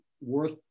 worth